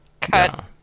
Cut